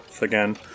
Again